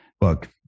look